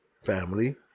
family